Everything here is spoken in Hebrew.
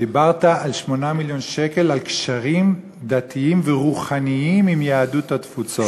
דיברת על 8 מיליון שקל על קשרים דתיים ורוחניים עם יהדות התפוצות.